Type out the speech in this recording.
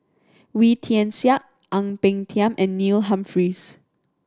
Wee Tian Siak Ang Peng Tiam and Neil Humphreys